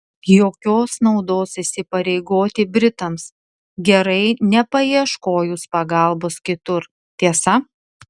jokios naudos įsipareigoti britams gerai nepaieškojus pagalbos kitur tiesa